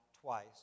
twice